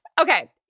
okay